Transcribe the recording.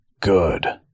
Good